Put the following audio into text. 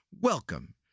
Welcome